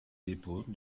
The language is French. dépôt